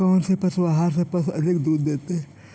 कौनसे पशु आहार से पशु अधिक दूध देते हैं?